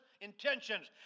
intentions